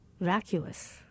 vacuous